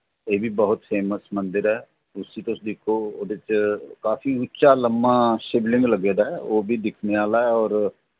एह् बी बहुत फेमस मंदर ऐ उस्सी तुस दिक्खो ओह्दे च काफी उच्चा लम्मा शिवलिंग लग्गे दा ऐ ओह् बी दिक्खने आह्ला ऐ होर